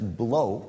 blow